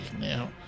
Now